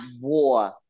war